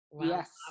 yes